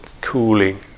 cooling